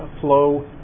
flow